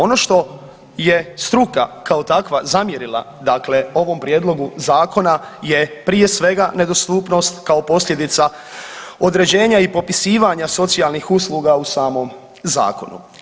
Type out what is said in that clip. Ono što je struka kao takva zamjerila dakle ovom prijedlogu Zakona je prije svega nedostupnost kao posljedica određenja i popisivanja socijalnih usluga u samom Zakonu.